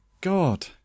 God